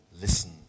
Listen